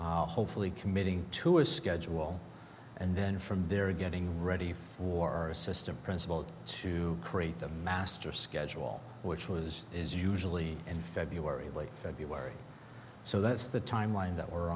seventeen hopefully committing to a schedule and then from there getting ready for assistant principal to create the master schedule which was is usually in february late february so that's the timeline that we're